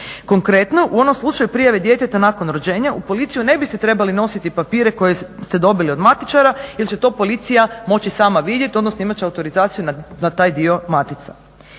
Konkretno, u onom slučaju prijave djeteta nakon rođenja u policiju ne biste trebali nositi papire koje ste dobili od matičara jer će to policija moći sama vidjeti odnosno imati će autorizaciju na taj dio matica.